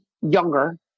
younger